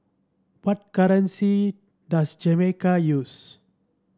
what currency does Jamaica use